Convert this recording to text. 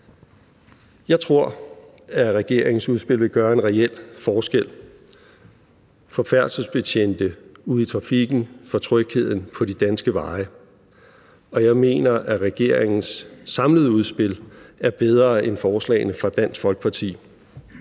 Jeg tror, at regeringens udspil vil gøre en reel forskel for færdselsbetjente ude i trafikken, for trygheden på de danske veje. Og jeg mener, at regeringens samlede udspil er bedre end forslagene fra Dansk Folkeparti.